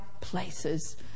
places